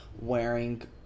wearing